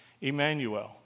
Emmanuel